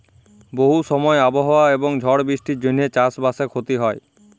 বহু সময় আবহাওয়া এবং ঝড় বৃষ্টির জনহে চাস বাসে ক্ষতি হয়